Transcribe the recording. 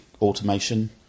automation